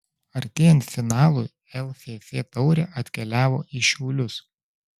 artėjant finalui lff taurė atkeliavo į šiaulius